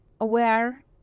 aware